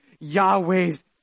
Yahweh's